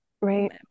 right